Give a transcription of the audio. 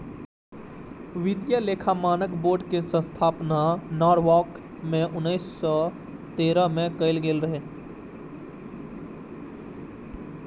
वित्तीय लेखा मानक बोर्ड के स्थापना नॉरवॉक मे उन्नैस सय तिहत्तर मे कैल गेल रहै